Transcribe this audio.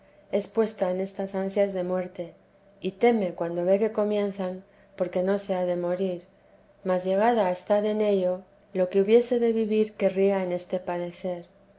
puesta en estas ansias de muerte y teme cuando ve que comienzan porque no se ha de morir mas llegada a estar en ello lo que hubiese de vivir querría en este padecer